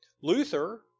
Luther